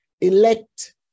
elect